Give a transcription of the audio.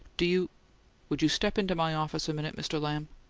do you would you step into my office a minute, mr. lamb?